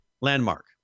Landmark